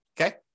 okay